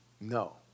No